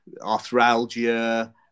arthralgia